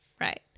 Right